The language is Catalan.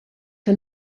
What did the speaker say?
que